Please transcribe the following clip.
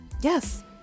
yes